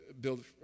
build